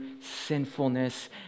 sinfulness